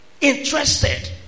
interested